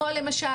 למשל,